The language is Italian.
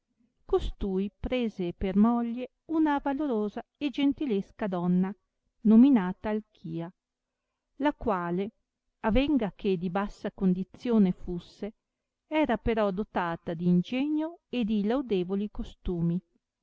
costui prese per moglie una valorosa e gentilesca donna nominata alchia la quale avenga che di bassa condizione fusse era però dotata d ingegno e di laudevoli costumi